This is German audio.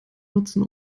nutzen